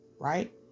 Right